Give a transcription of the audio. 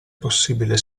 possibile